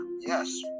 Yes